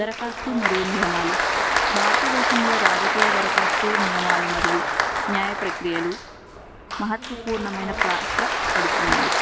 దరఖాస్తు మరియు నియమాలు భారతదేశంలో రాజకీయ దరఖాస్తు నియమాలు మరియు న్యాయ ప్రక్రియలు మహాత్మ పూర్ణమైన పాత్ర పడుతున్నాయి